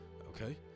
Okay